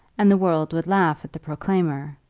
and the world would laugh at the proclaimer,